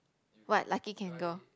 what lucky can go